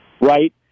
right